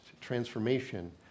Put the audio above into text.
transformation